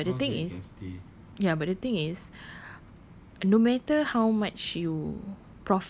ya but the thing is ya but the thing is no matter how much you